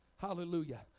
Hallelujah